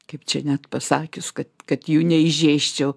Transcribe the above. kaip čia net pasakius kad kad jų neįžeisčiau